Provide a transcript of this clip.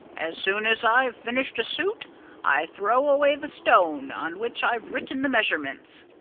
as soon as i've finished a suit i throw away the stone on which i've written the measurements.